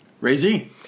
Ray-Z